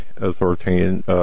authoritarian